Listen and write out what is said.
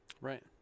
Right